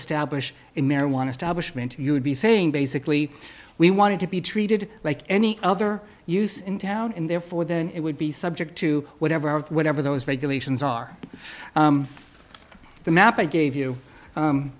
establish in marijuana stablish meant you would be saying basically we wanted to be treated like any other use in town and therefore then it would be subject to whatever of whatever those regulations are the map i gave you